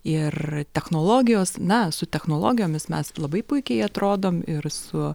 ir technologijos na su technologijomis mes labai puikiai atrodom ir su